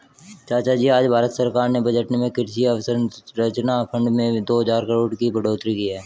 चाचाजी आज भारत सरकार ने बजट में कृषि अवसंरचना फंड में दो हजार करोड़ की बढ़ोतरी की है